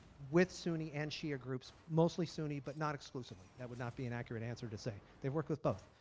with sunni and shia groups mostly sunni but not exclusively. that would not be an accurate answer to say. they work with both.